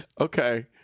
okay